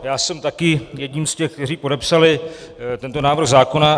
Já jsem taky jedním z těch, kteří podepsali tento návrh zákona.